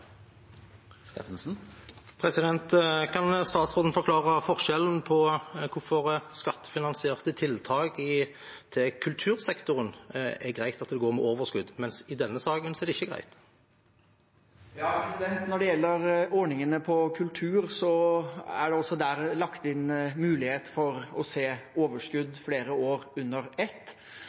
er. Kan statsråden forklare forskjellen på at det er greit med skattefinansierte tiltak til kultursektoren og at man der går med overskudd, mens det i denne saken ikke er greit? Når det gjelder ordningene for kultur, er det også der lagt inn mulighet for å se overskudd over flere år under ett.